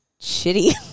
shitty